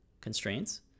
constraints